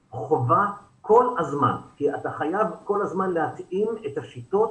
חובה כי אתה חייב כל הזמן להתאים את השיטות